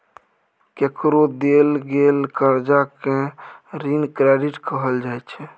केकरो देल गेल करजा केँ ऋण क्रेडिट कहल जाइ छै